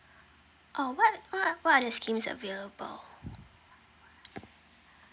uh what what what are the schemes available